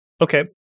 Okay